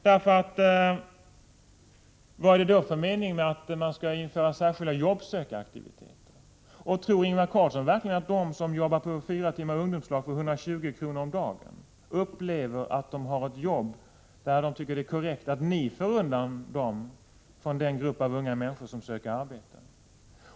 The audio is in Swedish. Men vad är det då för mening med att införa särskilda s.k. jobbsökaraktiviteter? Tror Ingvar Carlsson verkligen att de som jobbar fyra timmar om dagen i ungdomslag och får 120 kr. för det upplever att det är korrekt att ni för bort dem från den grupp av unga människor som söker arbete?